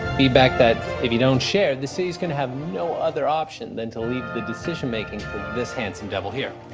feedback that if you don't share the city's going to have no other option than to leave the decision making to this handsome devil here.